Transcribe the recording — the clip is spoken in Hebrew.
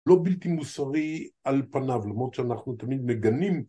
לא בלתי מוסרי על פניו, למרות שאנחנו תמיד מגנים...